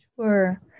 Sure